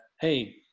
Hey